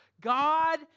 God